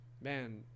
man